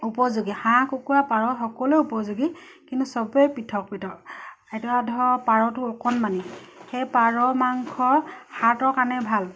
উপযোগী হাঁহ কুকুৰা পাৰ সকলোৱে উপযোগী কিন্তু চবেই পৃথক পৃথক এইটো ধৰক পাৰটো অকণমানি সেই পাৰ মাংস হাৰ্টৰ কাৰণে ভাল